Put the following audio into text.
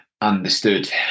understood